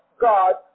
God